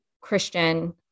Christian